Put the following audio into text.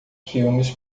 filmes